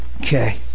Okay